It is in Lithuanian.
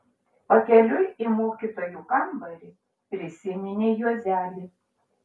pakeliui į mokytojų kambarį prisiminė juozelį